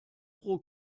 pro